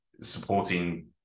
supporting